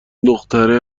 دختره